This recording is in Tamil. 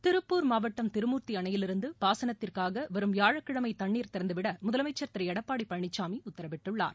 திருப்பூர் மாவட்டம் திருமூர்த்தி அணையிலிருந்து பாசனத்திற்காக வரும் வியாழக்கிழமை தண்ணீர் திறந்துவிட முதலமைச்சர் திரு எடப்பாடி பழனிசாமி உத்தரவிட்டுள்ளார்